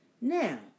Now